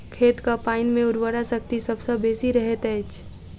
खेतक पाइन मे उर्वरा शक्ति सभ सॅ बेसी रहैत अछि